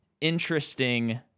interesting